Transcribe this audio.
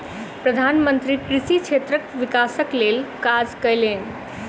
प्रधान मंत्री कृषि क्षेत्रक विकासक लेल काज कयलैन